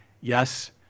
yes